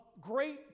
great